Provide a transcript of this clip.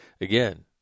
again